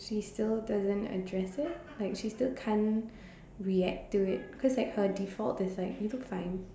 she still doesn't address it like she still can't react to it cause like her default is like you look fine